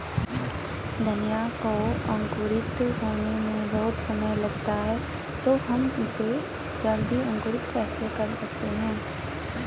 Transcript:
धनिया को अंकुरित होने में बहुत समय लगता है तो हम इसे जल्दी कैसे अंकुरित कर सकते हैं?